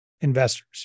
investors